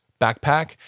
backpack